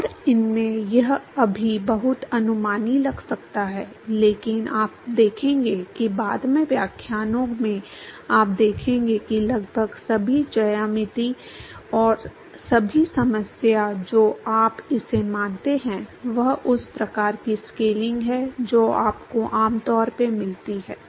और इसमें यह अभी बहुत अनुमानी लग सकता है लेकिन आप देखेंगे कि बाद के व्याख्यानों में आप देखेंगे कि लगभग सभी ज्यामिति और सभी समस्या जो आप इसे मानते हैं वह उस प्रकार की स्केलिंग है जो आपको आमतौर पर मिलती है